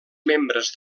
membres